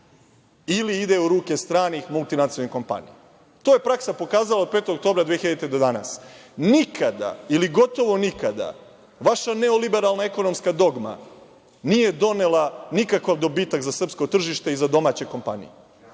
ili ide u ruke stranih multinacionalnih kompanija. To je praksa pokazala od 5. oktobra 2000. godine do danas. Nikada ili gotovo nikada vaša neoliberalna ekonomska dogma nije donela nikakav dobitak za srpsko tržište i za domaće kompanije.